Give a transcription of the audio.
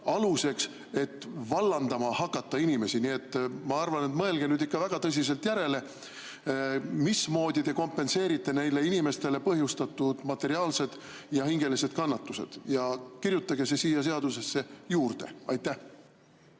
aluseks, et hakata inimesi vallandama. Nii et ma arvan, et mõelge nüüd ikka väga tõsiselt järele, mismoodi te kompenseerite neile inimestele põhjustatud materiaalsed ja hingelised kannatused. Ja kirjutage see siia seadusesse juurde. No